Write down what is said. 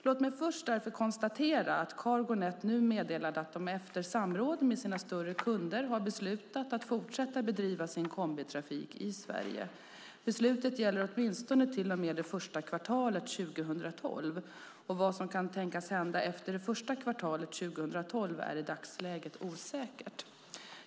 Låt mig därför först konstatera att Cargo Net nu meddelat att man efter samråd med sina större kunder har beslutat att fortsätta bedriva sin kombitrafik i Sverige. Beslutet gäller åtminstone till och med det första kvartalet 2012. Vad som kan tänkas hända efter det första kvartalet 2012 är i dagsläget osäkert.